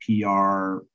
PR